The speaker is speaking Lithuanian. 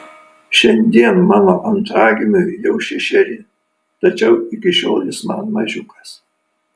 šiandien mano antragimiui jau šešeri tačiau iki šiol jis man mažiukas